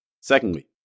Secondly